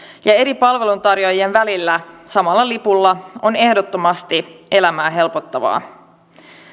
ja eri palveluntarjoajien välillä samalla lipulla on ehdottomasti elämää helpottavaa